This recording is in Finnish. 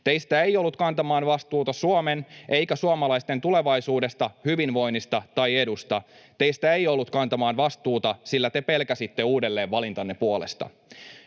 Teistä ei ollut kantamaan vastuuta Suomen eikä suomalaisten tulevaisuudesta, hyvinvoinnista tai edusta. Teistä ei ollut kantamaan vastuuta, sillä te pelkäsitte uudelleenvalintanne puolesta.